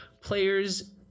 players